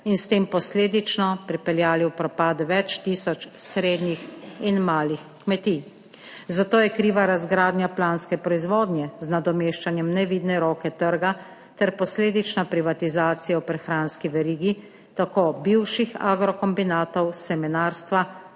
in s tem posledično pripeljali v propad več tisoč srednjih in malih kmetij. Za to je kriva razgradnja planske proizvodnje z nadomeščanjem nevidne roke trga ter posledično privatizacija v prehranski verigi tako bivših agrokombinatov, semenarstva,